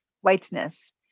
whiteness